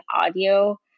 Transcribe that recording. audio